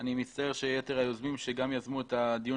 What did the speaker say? אני מצטער שיתר היוזמים שיזמו את הדיון